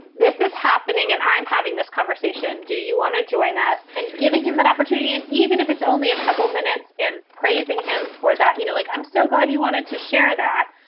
this is happening and i'm having this conversation. do you want to join us and giving him that opportunity and even if it's only a couple minutes and praising him for that. you know, like, i'm so glad you wanted to share that,